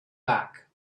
back